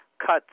cuts